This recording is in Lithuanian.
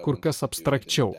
kur kas abstrakčiau